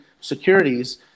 securities